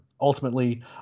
ultimately